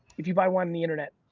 if you buy wine in the internet,